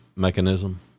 mechanism